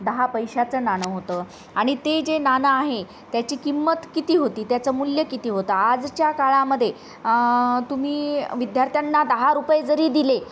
दहा पैशाचं नाणं होतं आणि ते जे नाणं आहे त्याची किंमत किती होती त्याचं मूल्य किती होतं आजच्या काळामध्ये तुम्ही विद्यार्थ्यांना दहा रुपये जरी दिले